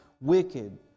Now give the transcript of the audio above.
wicked